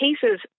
cases